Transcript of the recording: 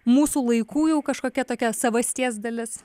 mūsų laikų jau kažkokia tokia savasties dalis